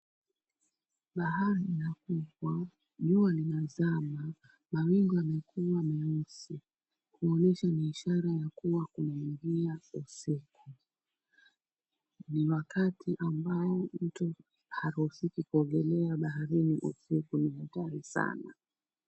Bahari inafungwa, jua linazama, mawingu yamekua meusi kuonyesha kuwa ni ishara kumeingia usiku. Ni wakati ambao mtu haruhisiwi kuogelea usiku ni hatari sana.